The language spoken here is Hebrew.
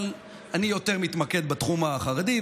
אבל אני יותר מתמקד בתחום החרדי,